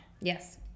Yes